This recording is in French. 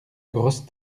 grosse